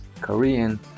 Korean